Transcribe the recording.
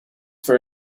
for